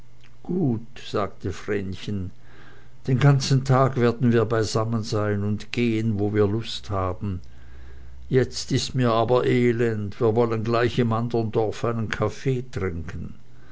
gut sagte vrenchen den ganzen tag werden wir beisammen sein und gehen wo wir lust haben jetzt ist mir aber elend wir wollen gleich im andern dorf einen kaffee trinken